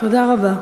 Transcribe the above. תודה רבה.